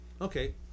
Okay